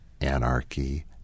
anarchy